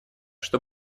что